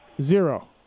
Zero